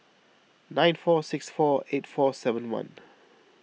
nine four six four eight four seven one